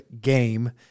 game